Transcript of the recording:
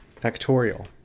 Factorial